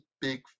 big